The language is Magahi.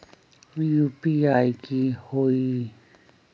यू.पी.आई की होई?